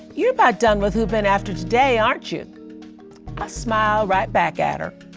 you're about done with hoopin' after today, aren't you? i smile right back at her.